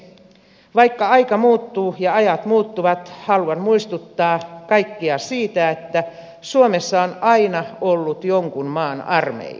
vaikka aika muuttuu ja ajat muuttuvat haluan muistuttaa kaikkia siitä että suomessa on aina ollut jonkun maan armeija